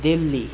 Delhi